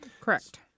Correct